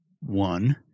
one